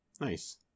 nice